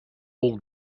all